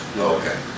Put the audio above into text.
okay